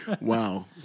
Wow